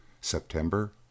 september